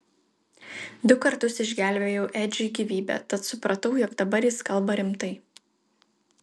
du kartus išgelbėjau edžiui gyvybę tad supratau jog dabar jis kalba rimtai